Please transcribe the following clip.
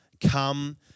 come